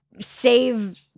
save